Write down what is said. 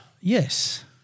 Yes